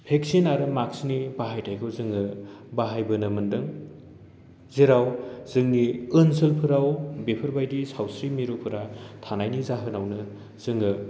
vaccine आरो मास्कनि बाहायथाइखौ जोङो बाहाय बोनो मोन्दों जेराव जोंनि ओनसोलफोराव बेफोरबायदि सावस्रि मिरुफोरा थानायनि जाहोनावनो जोङो